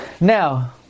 Now